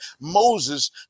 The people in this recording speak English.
Moses